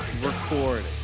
recording